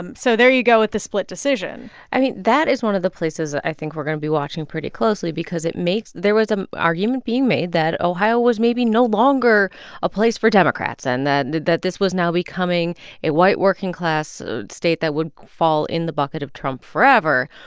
um so there you go with the split decision i mean, that is one of the places, i think, we're going to be watching pretty closely because it makes there was an argument being made that ohio was maybe no longer a place for democrats and that and that this was now becoming a white, working-class state that would all in the bucket of trump forever.